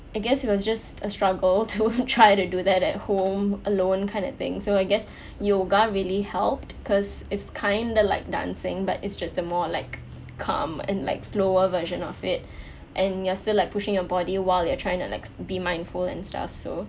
I guess it was just a struggle to try to do that at home alone kind of thing so I guess yoga really helped because it's kind of like dancing but it's just a more like calm and like slower version of it and you're still like pushing your body while you're trying to like be mindful and stuff so